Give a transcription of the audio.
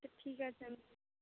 আচ্ছা ঠিক আছে আমি